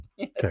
Okay